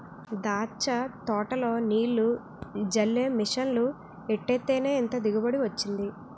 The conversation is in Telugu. దాచ్చ తోటలో నీల్లు జల్లే మిసన్లు ఎట్టేత్తేనే ఇంత దిగుబడి వొచ్చింది